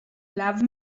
love